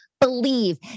Believe